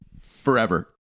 forever